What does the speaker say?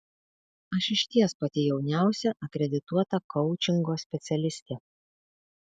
aš išties pati jauniausia akredituota koučingo specialistė